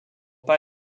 pas